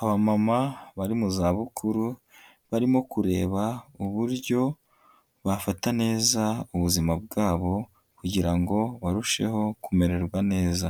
Abamana bari mu zabukuru, barimo kureba uburyo bafata neza ubuzima bwabo kugira ngo barusheho kumererwa neza.